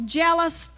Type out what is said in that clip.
jealous